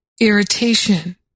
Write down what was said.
irritation